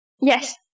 Yes